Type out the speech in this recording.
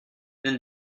then